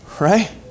Right